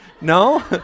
No